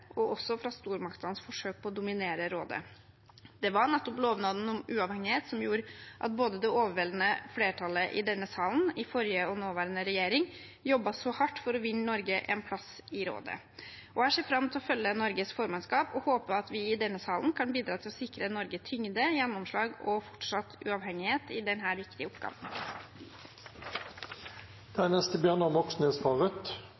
og også fra stormaktenes forsøk på å dominere rådet. Det var nettopp lovnaden om uavhengighet som gjorde at det overveldende flertallet i denne salen under både forrige og nåværende regjering jobbet så hardt for å vinne Norge en plass i rådet. Jeg ser fram til å følge Norges formannskap og håper at vi i salen kan bidra til å sikre Norge tyngde, gjennomslag og fortsatt uavhengighet i denne viktige